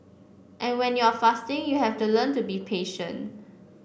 and when you are fasting you have to learn to be patient